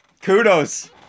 Kudos